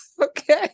okay